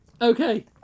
Okay